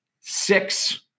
six